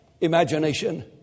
imagination